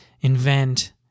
invent